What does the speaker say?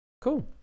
Cool